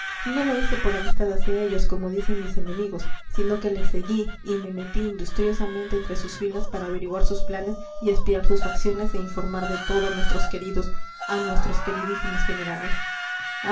no lo hice por amistad hacia ellos como dicen mis enemigos sino que les seguí y me metí industriosamente entre sus filas para averiguar sus planes y espiar sus acciones e informar de todo a nuestros queridos a nuestros queridísimos generales